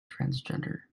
transgender